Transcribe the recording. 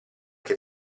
che